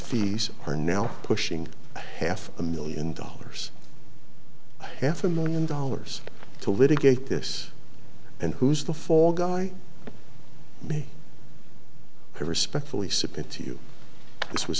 fees are now pushing half a million dollars half a million dollars to litigate this and who's the fall guy me respectfully submit to you this was